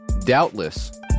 doubtless